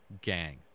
gang